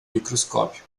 microscópio